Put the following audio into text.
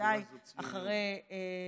בוודאי אחרי,